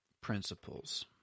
principles